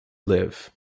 live